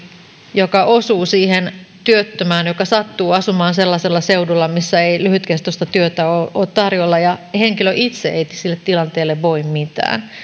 joka osuu siihen työttömään joka sattuu asumaan sellaisella seudulla missä ei lyhytkestoista työtä ole ole tarjolla ja henkilö itse ei sille tilanteelle voi mitään